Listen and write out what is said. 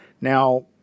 Now